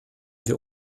wir